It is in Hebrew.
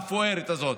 המפוארת הזאת.